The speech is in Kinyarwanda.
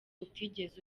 utigeze